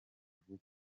vuba